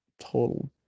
total